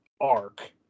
arc